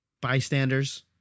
bystanders